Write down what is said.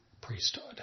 priesthood